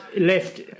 left